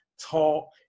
talk